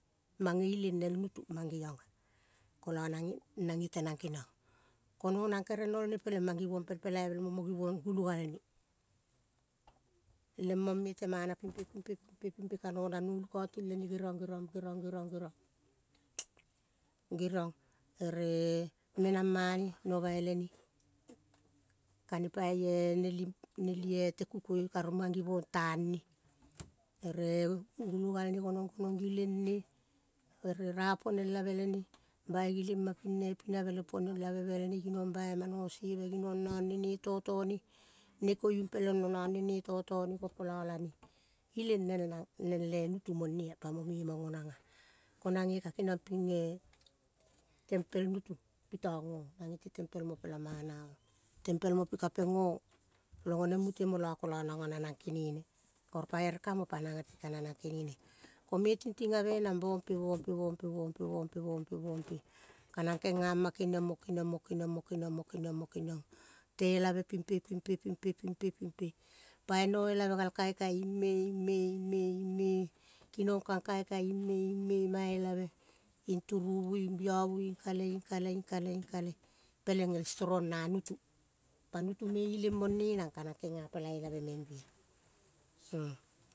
Mange ileng nel nutu mangeong ah, kolo nange tenang keniong, ko nonang kere nolne peleng mang givong pel polai vel mo mogivong gulo galne lemmong mete mana ping pe, pin pe, pin pe, pin pe, ka nonang no lukauting lene geriong, geriong, geriong, geriong, geriong, ere menang mane noh bai lene, ka ne pai eh neli te kukoi karovu mang gevong tang ne ere gulogal ne gonong gonong gileng ne ere rapuonaelave lene bai gileng pa ping nepinave le puonelave bel ne ginong bai ma nosema, ginong none ne totone ne koiung nong ne totone gopolo lane ileng lel nang gemang, nel eh nutu mone ah. Pa mo me mong onang ah. Ko nang ge ka keniong ping eh tempel nutu pitong oh ong, nange tempel mo pela mana ong tempel mo pika, peng o-ong long wanem mute mola kolo nango nanang kenene. Oro pa ere ka mo pa ere tinang ka nanang kenene, ko me tingting ave nang bompe, bompe, bompe, bompe, bompe, bompe, kanang kangiama keniong mo keniong mo keniong, mo keniong, mo keniong, mo keniong te elave ping pe ping pe, ping pe ping pe, ping pe, pai noelave gal kaikai imme imme, imme imme, kinong kang kaikai imme, imme imme mai elave ing turuvu ing biovu ing kale ing kale, ing kale, ing kale peleng el storong na nutu. Pa nutu me ileng mone nang ka genga pela elave be bea.